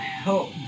help